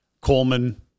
Coleman